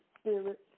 Spirit